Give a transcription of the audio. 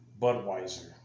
Budweiser